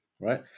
right